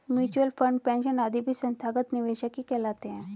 mutual fund, pension आदि भी संस्थागत निवेशक ही कहलाते हैं